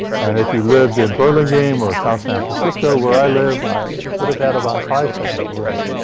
and if you lived in burlingame or south san francisco, where i live, i would have had about five seconds of warning.